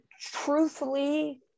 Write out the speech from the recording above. truthfully